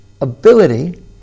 ability